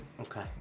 Okay